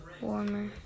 warmer